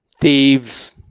thieves